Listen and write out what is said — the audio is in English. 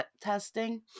testing